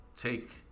take